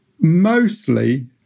mostly